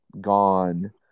gone